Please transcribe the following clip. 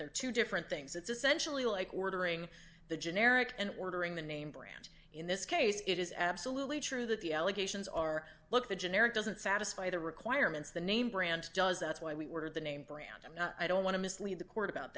are two different things it's essentially like ordering the generic and ordering the name brand in this case it is absolutely true that the allegations are look the generic doesn't satisfy the requirements the name brand does that's why we were the name brand i'm not i don't want to mislead the court about